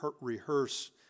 rehearse